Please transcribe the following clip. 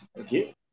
Okay